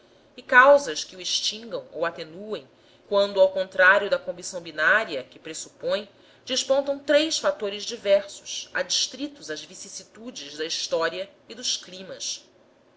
e causas que o extingam ou atenuem quando ao contrário da combinação binária que pressupõe despontam três fatores diversos adstritos às vicissitudes da história e dos climas